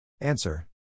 Answer